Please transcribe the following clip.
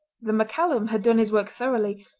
the maccallum had done his work thoroughly,